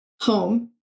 home